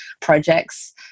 projects